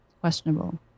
questionable